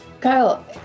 Kyle